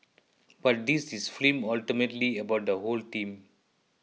but this is film ultimately about the whole team